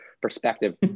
perspective